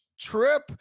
trip